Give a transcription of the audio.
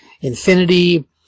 Infinity